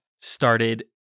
started